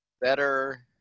Better